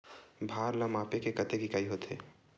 भार ला मापे के कतेक इकाई होथे?